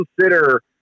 consider